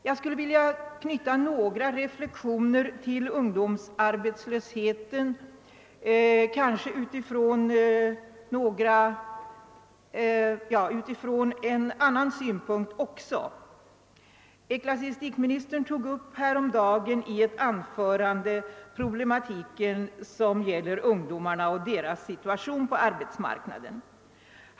Jag vill knyta några reflexioner till ungdomsarbetslösheten också från en annan synpunkt. Ecklesiastikministern tog häromdagen i ett anförande upp problematiken kring ungdomarnas situation på arbetsmarknaden.